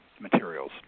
materials